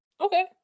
okay